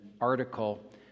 article